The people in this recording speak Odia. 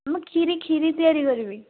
ମୁଁ କ୍ଷୀରି କ୍ଷୀରି ତିଆରି କରିବି